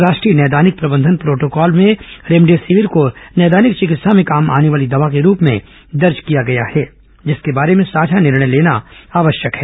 राष्ट्रीय नैदानिक प्रबंधन प्रोटोकॉल में रेमडेसिविर को नैदानिक चिकित्सा में काम आने वाली दवा के रूप में दर्ज किया गया है जिसके बारे में साझा निर्णय लेना आवश्यक है